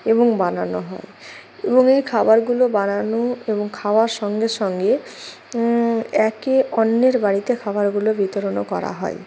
এবং বানানো হয় এবং এই খাবারগুলো বানানো এবং খাওয়ার সঙ্গে সঙ্গে একে অন্যের বাড়িতে খাবারগুলো বিতরণও করা হয়